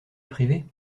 privée